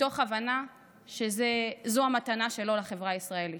מתוך הבנה שזאת המתנה שלו לחברה הישראלית.